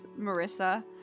Marissa